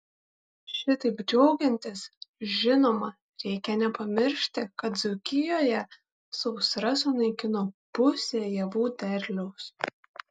šitaip džiaugiantis žinoma reikia nepamiršti kad dzūkijoje sausra sunaikino pusę javų derliaus